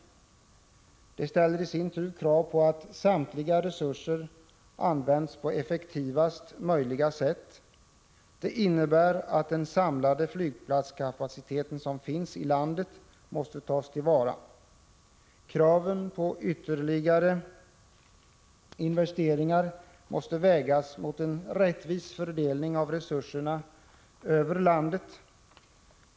Det ställer i sin tur krav på att samtliga resurser används på effektivast möjliga sätt. Det innebär att den samlade flygplatskapacitet som finns i landet måste tas till vara. Kravet på ytterligare investeringar måste vägas mot en rättvis fördelning av resuserna över landet.